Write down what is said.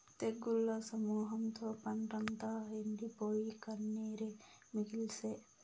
తెగుళ్ల సమూహంతో పంటంతా ఎండిపోయి, కన్నీరే మిగిల్సే